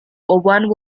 one